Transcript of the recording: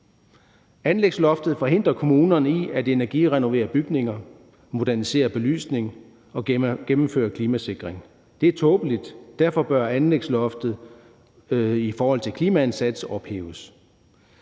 Anlægsloftet forhindrer kommunerne i at energirenovere bygninger, modernisere belysning og gennemføre klimasikring. Det er tåbeligt, og derfor bør anlægsloftet i forhold til en klimaindsats ophæves.